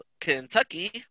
Kentucky